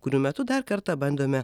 kurių metu dar kartą bandome